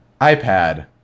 iPad